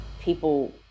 people